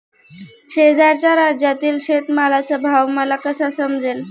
शेजारच्या राज्यातील शेतमालाचा भाव मला कसा समजेल?